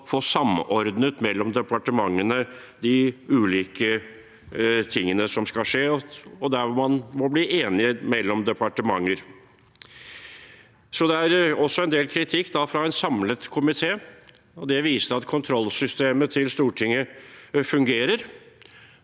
og samordningen mellom departementene av de ulike tingene som skal skje, der man må bli enig departementene imellom. Det er en del kritikk fra en samlet komité. Det viser at kontrollsystemet til Stortinget fungerer